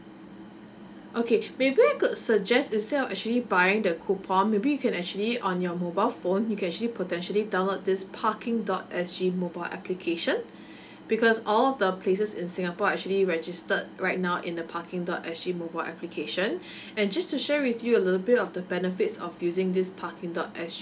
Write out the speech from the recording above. okay maybe I could suggest instead of actually buying the coupon maybe you can actually on your mobile phone you can actually potentially download this parking dot S_G mobile application because all the places in singapore actually registered right now in the parking dot S_G mobile application and just to share with you a little bit of the benefits of using this parking dot S_G